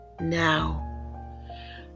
Now